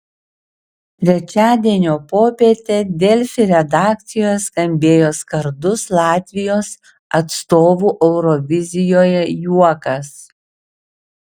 trečiadienio popietę delfi redakcijoje skambėjo skardus latvijos atstovų eurovizijoje juokas